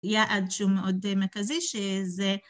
יעד שהוא מאוד מרכזי, שזה...